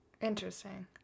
Interesting